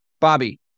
Bobby